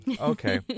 okay